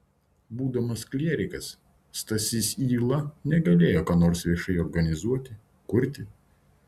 būdamas klierikas stasys yla negalėjo ką nors viešai organizuoti kurti